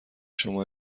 شما